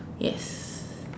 yes